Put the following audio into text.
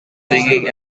singing